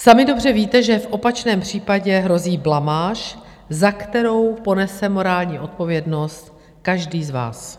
Sami dobře víte, že v opačném případě hrozí blamáž, za kterou ponese morální odpovědnost každý z vás.